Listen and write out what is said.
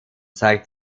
zeigt